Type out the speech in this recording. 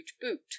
boot